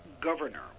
governor